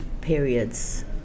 periods